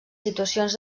situacions